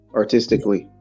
artistically